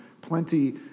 plenty